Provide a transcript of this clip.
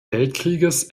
weltkrieges